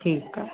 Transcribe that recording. ठीकु आहे